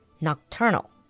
nocturnal